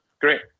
Great